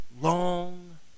long